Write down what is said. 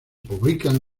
publican